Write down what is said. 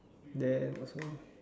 then also